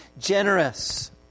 generous